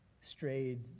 strayed